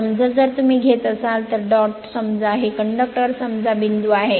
समजा जर तुम्ही घेत असाल तर डॉट समजा हे कंडक्टर समजा बिंदू आहे